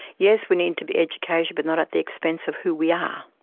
yes, we need to be educated but not at the expense of who we are.